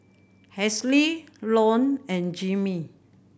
Halsey Lone and Jimmy